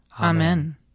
Amen